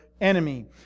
enemy